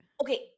Okay